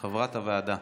חברת הוועדה.